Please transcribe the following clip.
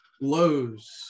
Lowe's